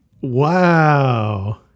Wow